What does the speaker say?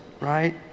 right